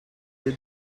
did